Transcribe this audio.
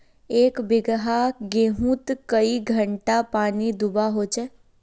एक बिगहा गेँहूत कई घंटा पानी दुबा होचए?